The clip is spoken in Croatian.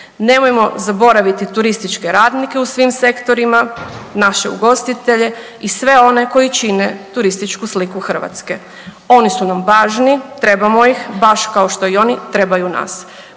Nemojmo zaboraviti turističke radnike u svim sektorima, naše ugostitelje i sve one koji čine turističku sliku Hrvatske. Oni su nam važni, trebamo ih baš kao što i oni trebaju nas.